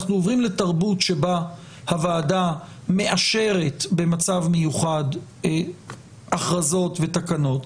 אנחנו עוברים לתרבות שבה הוועדה מאשרת במצב מיוחד הכרזות ותקנות.